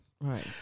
Right